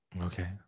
okay